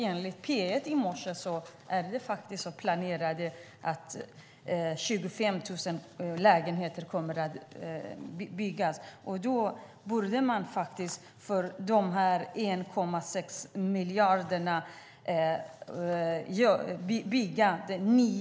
Enligt P1 i morse planerar man att bygga 25 000 lägenheter. Man borde bygga bostäder för dessa 1,6 miljarder.